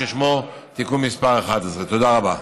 ששמו תיקון מס' 11. תודה רבה.